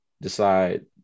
decide